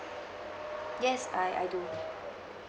yes I I do